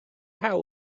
how